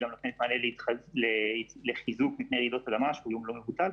היא גם נותנת מענה לחיזוק בפני רעידות אדמה שהוא איום לא מבוטל,